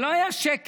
לא היה שקל